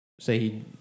say